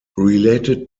related